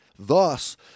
Thus